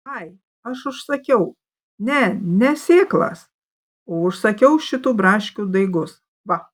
ai aš užsakiau ne ne sėklas o užsakiau šitų braškių daigus va